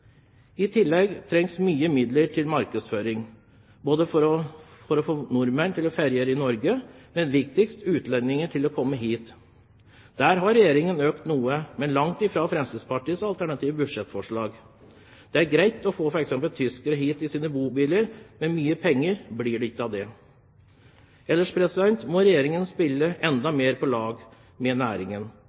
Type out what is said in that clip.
I tillegg trengs det mye midler til markedsføring, både for å få nordmenn til å feriere i Norge og – viktigst – for å få utlendinger til å komme hit. Her har Regjeringen økt noe, men langt fra det som Fremskrittspartiet har i sitt alternative budsjettforslag. Det er greit å få f.eks. tyskere hit i sine bobiler, men mye penger blir det ikke av det. Ellers må Regjeringen spille enda mer på lag med næringen.